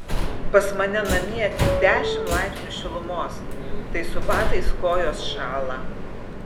pas mane namie tik dešimt laipsnių šilumos tai su batais kojos šąla